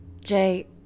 Jay